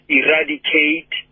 eradicate